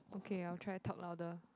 okay I will try talk louder